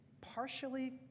partially